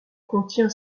contient